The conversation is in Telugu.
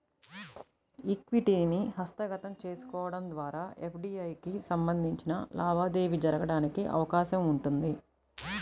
ఈక్విటీని హస్తగతం చేసుకోవడం ద్వారా ఎఫ్డీఐకి సంబంధించిన లావాదేవీ జరగడానికి అవకాశం ఉంటుంది